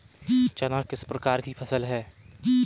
चना किस प्रकार की फसल है?